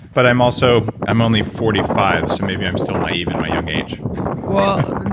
but i'm also, i'm only forty five, so maybe i'm still naive in my young age well,